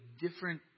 different